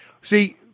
See